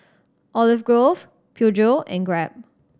Olive Grove Peugeot and Grab